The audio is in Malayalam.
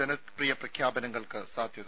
ജനപ്രിയ പ്രഖ്യാപനങ്ങൾക്ക് സാധ്യത